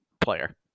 player